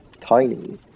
tiny